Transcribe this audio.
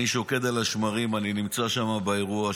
אני שוקד על השמרים, אני נמצא שם באירוע.